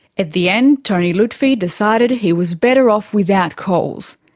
at the end, tony lutfi decided he was better off without coles.